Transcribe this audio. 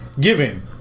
giving